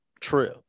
true